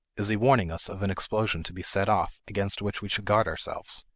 is he warning us of an explosion to be set off, against which we should guard ourselves?